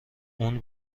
اون